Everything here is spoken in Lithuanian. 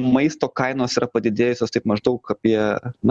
maisto kainos yra padidėjusios taip maždaug apie